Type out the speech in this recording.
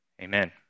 Amen